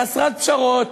חסרת פשרות,